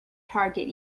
target